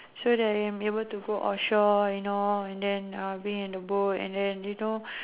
so that they be able to go offshore you know and then be in the boat and then you know